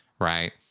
right